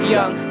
Young